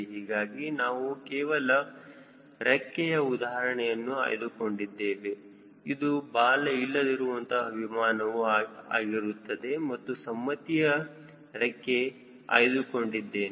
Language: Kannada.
ಹೀಗಾಗಿ ನಾವು ಕೇವಲ ರೆಕ್ಕೆಯ ಉದಾಹರಣೆಯನ್ನು ಆಯ್ದುಕೊಂಡಿದ್ದೇವೆ ಇದು ಬಾಲ ಇಲ್ಲದಿರುವಂತಹ ವಿಮಾನವು ಆಗಿರುತ್ತದೆ ಮತ್ತು ಸಮ್ಮತಿಯ ರೆಕ್ಕೆ ಆಯ್ದುಕೊಂಡಿದ್ದೇನೆ